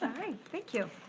thank you.